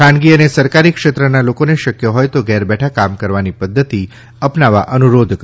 ખાનગી અને સરકારી ક્ષેત્રના લોકોને શક્ય હોય તો ઘેર બેઠા કામની પદ્ધતિ અપનાવવા અનુરોધ કર્યો છે